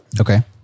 Okay